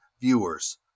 viewers